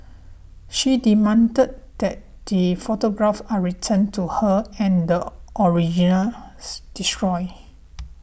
she demanded that the photographs are returned to her and the originals destroyed